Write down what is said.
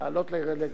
הצעות מס'